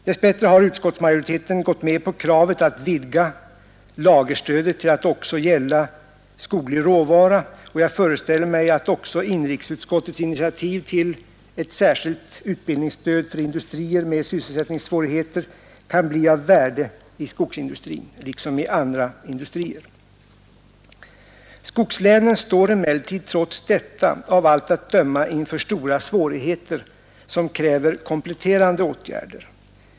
Dess bättre har utskottsmajoriteten gått med på kravet att vidga lagerstödet till att också gälla skoglig råvara, och jag föreställer mig att också inrikesutskottets initiativ till ett särskilt utbildningsstöd för industrier med sysselsättningssvårigheter kan bli av värde i skogsindustrin liksom i andra industrier. Skogslänen står emellertid trots detta av allt att döma inför stora svårigheter som kräver kompletterande åtgärder.